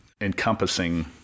encompassing